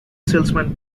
salesman